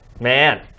Man